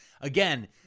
Again